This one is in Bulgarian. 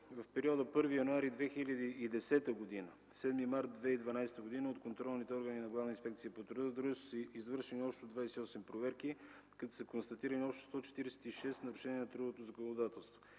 В периода от 1 януари 2010 г. до 7 март 2012 г. от контролните органи на Главна инспекция по труда в дружеството са извършени общо 28 проверки, като са констатирани общо 146 нарушения на трудовото законодателство